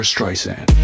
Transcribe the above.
Streisand